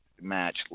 match